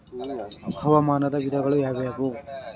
ಹವಾಮಾನದ ವಿಧಗಳು ಯಾವುವು?